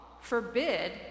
forbid